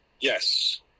Yes